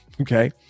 Okay